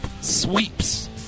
sweeps